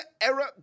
era